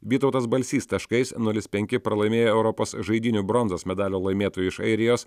vytautas balsys taškais nulis penki pralaimėjo europos žaidynių bronzos medalio laimėtoją iš airijos